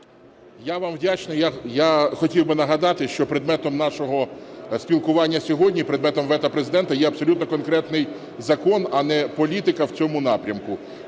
Я вам вдячний. Я хотів би нагадати, що предметом нашого спілкування сьогодні, предметом вето Президента є абсолютно конкретний закон, а не політика в цьому напрямку.